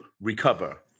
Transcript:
recover